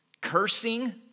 cursing